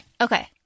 okay